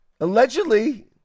allegedly